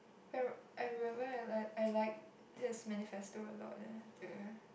if I I remember I like I likes his manifesto a lot leh the